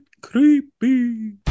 creepy